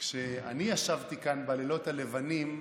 כשאני ישבתי כאן בלילות הלבנים,